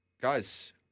Guys